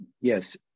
yes